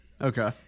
okay